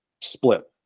split